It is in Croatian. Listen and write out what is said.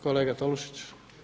Kolega Tolušić?